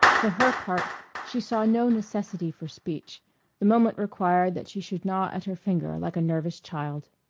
for her part she saw no necessity for speech the moment required that she should gnaw at her finger like a nervous child.